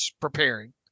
preparing